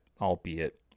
albeit